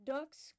Ducks